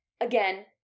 again